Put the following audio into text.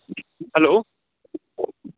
hello